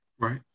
Right